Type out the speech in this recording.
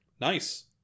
Nice